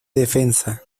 defensa